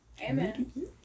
Amen